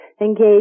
Engage